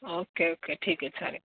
okay okay ठीक आहे चालेल